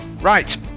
Right